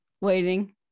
waiting